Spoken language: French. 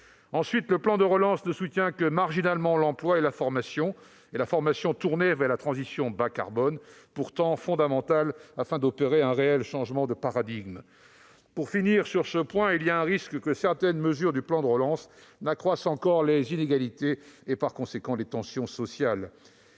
Ensuite, le plan de relance ne soutient que marginalement l'emploi et la formation, notamment celle qui est tournée vers la transition bas-carbone, alors qu'elle est fondamentale pour opérer un réel changement de paradigme. Pour finir sur ce sujet, il y a un risque que certaines mesures du plan de relance accroissent encore les inégalités et, par conséquent, les tensions sociales.